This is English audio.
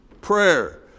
prayer